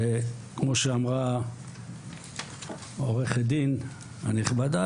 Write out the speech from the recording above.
כמו שאמרה עורכת הדין הנכבדה,